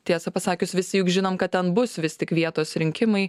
tiesą pasakius visi juk žinom kad ten bus vis tik vietos rinkimai